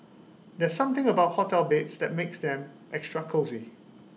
there's something about hotel beds that makes them extra cosy